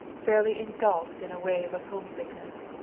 fairly engulfed in a wave of homesickness.